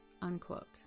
unquote